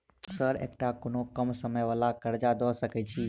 Sir एकटा कोनो कम समय वला कर्जा दऽ सकै छी?